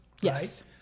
Yes